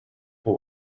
who